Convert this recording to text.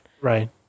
right